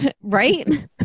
Right